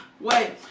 wait